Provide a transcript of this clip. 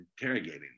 interrogating